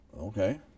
Okay